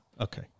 Okay